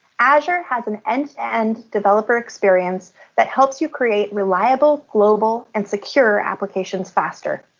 azure has an end-to-end developer experience that helps you create reliable, global, and secure applications faster.